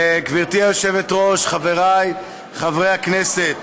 גברתי היושבת-ראש, חבריי חברי הכנסת,